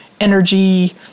energy